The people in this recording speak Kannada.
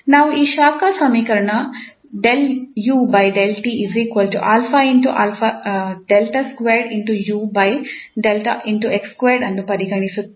ನಾವು ಈ ಶಾಖ ಸಮೀಕರಣ ಅನ್ನು ಪರಿಗಣಿಸುತ್ತೇವೆ